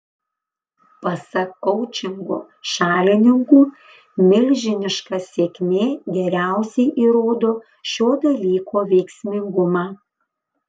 pasak koučingo šalininkų milžiniška sėkmė geriausiai įrodo šio dalyko veiksmingumą